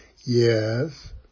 Yes